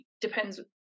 depends